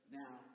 now